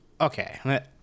Okay